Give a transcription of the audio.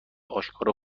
آشکارا